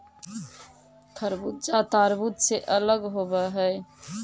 खरबूजा तारबुज से अलग होवअ हई